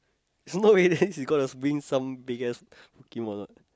no in the end she's gonna bring big ass pokemon what